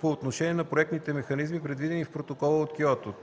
по отношение на проектните механизми, предвидени в Протокола от Киото;